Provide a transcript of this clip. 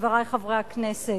חברי חברי הכנסת.